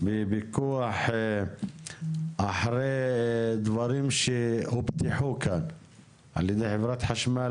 הפיקוח אחרי דברים שהובטחו על ידי חברת חשמל